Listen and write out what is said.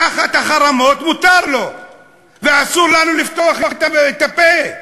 תחת החרמות מותר לו ואסור לנו לפתוח את הפה.